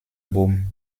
baume